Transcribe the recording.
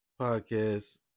podcast